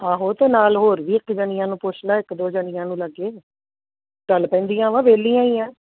ਆਹੋ ਅਤੇ ਨਾਲ ਹੋਰ ਵੀ ਇੱਕ ਜਣੀਆਂ ਨੂੰ ਪੁੱਛ ਲੈ ਇੱਕ ਦੋ ਜਣੀਆਂ ਨੂੰ ਲਾਗੇ ਚੱਲ ਪੈਂਦੀਆਂ ਵਾਂ ਵਿਹਲੀਆਂ ਹੀ ਆ